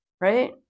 Right